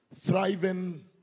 thriving